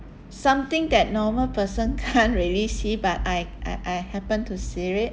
something that normal person can't really see but I I I happen to see it